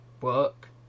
work